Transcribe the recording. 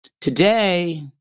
today